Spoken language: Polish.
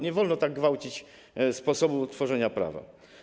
Nie wolno tak gwałcić sposobu tworzenia prawa.